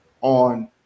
on